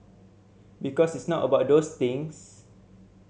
because it's not about those things